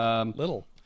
Little